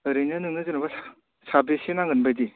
ओरैनो नोङो जेनबा सा साबोसे नांगोन बादि